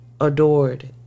adored